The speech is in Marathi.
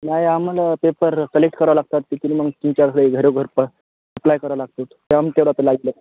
नाही आम्हाला पेपर कलेक्ट करावं लागतात तर की मग तीन चार सा घरोघर प अप्लाय करावं लागतो ते आम्ही तेवढं त लाई लात